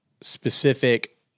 specific